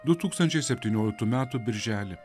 du tūkstančiai septynioliktų metų birželį